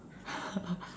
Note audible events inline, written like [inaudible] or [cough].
[laughs]